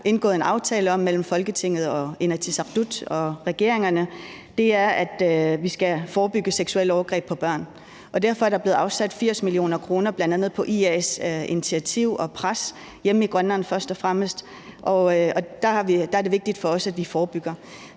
indgået en aftale om mellem Folketinget og Inatsisartut og regeringerne, er, at vi skal forebygge seksuelle overgreb på børn. Derfor er der blevet afsat 80 mio. kr., bl.a. i kraft af IA's initiativ og pres hjemme i Grønland, først og fremmest, og der er det vigtigt for os, at vi forebygger.